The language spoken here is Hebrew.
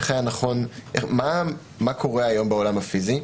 מה קורה היום בעולם הפיזי?